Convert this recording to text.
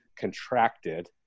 contracted